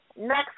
next